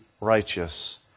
righteous